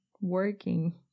working